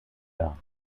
dar